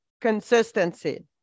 consistency